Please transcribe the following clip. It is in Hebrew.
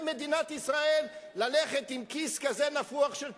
מדינת ישראל ללכת עם כיס כזה נפוח של תעודות.